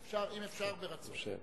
אם אפשר, ברצון.